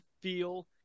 feel